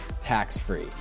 tax-free